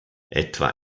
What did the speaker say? etwa